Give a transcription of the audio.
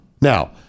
Now